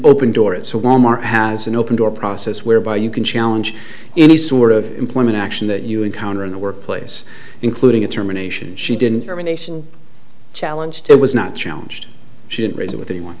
open door it so wal mart has an open door process whereby you can challenge any sort of employment action that you encounter in the workplace including a terminations she didn't ever nation challenge to was not challenged she didn't raise it with anyone